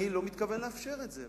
אני לא מתכוון לאפשר את זה.